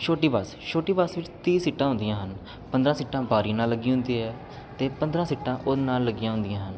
ਛੋਟੀ ਬੱਸ ਛੋਟੀ ਬੱਸ ਵਿੱਚ ਤੀਹ ਸੀਟਾਂ ਹੁੰਦੀਆਂ ਹਨ ਪੰਦਰਾਂ ਸੀਟਾਂ ਬਾਰੀ ਨਾਲ਼ ਲੱਗੀ ਹੁੰਦੀ ਹੈ ਅਤੇ ਪੰਦਰਾਂ ਸੀਟਾਂ ਉਹਦੇ ਨਾਲ਼ ਲੱਗੀਆਂ ਹੁੰਦੀਆਂ ਹਨ